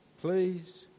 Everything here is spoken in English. Please